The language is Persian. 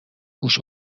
گوش